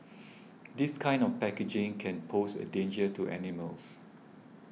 this kind of packaging can pose a danger to animals